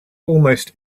almost